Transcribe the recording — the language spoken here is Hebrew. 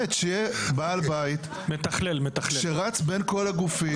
באמת שיהיה בעל בית שרץ בין כל הגופים,